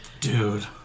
Dude